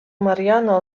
mariana